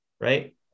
right